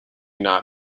not